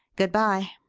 good-bye!